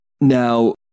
Now